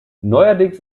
neuerdings